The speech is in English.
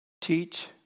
teach